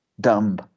dumb